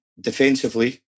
defensively